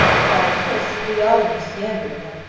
why of course we all understand brenda,